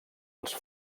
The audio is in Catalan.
els